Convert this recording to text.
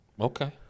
Okay